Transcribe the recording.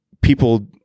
people